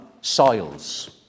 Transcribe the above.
Soils